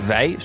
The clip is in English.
Wij